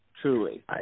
truly